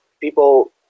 people